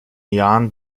jahren